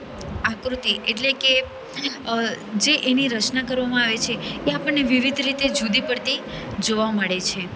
આકૃતિ એટલે કે જે એની રચના કરવામાં આવી છે કે જે આપણને વિવિધ રીતે જુદી પડતી જોવા મળે છે